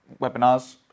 webinars